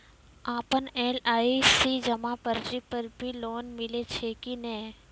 आपन एल.आई.सी जमा पर्ची पर भी लोन मिलै छै कि नै?